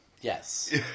Yes